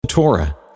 Torah